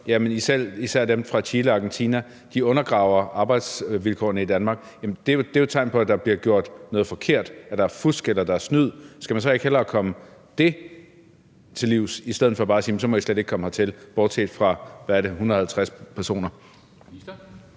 især dem fra Chile og Argentina undergraver arbejdsvilkårene i Danmark. Det jo tegn på, at der bliver gjort noget forkert, altså at der er fusk eller snyd. Skal man så ikke hellere komme det til livs i stedet for bare at sige, at så må I slet ikke komme hertil, bortset fra vistnok 150 personer?